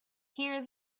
hear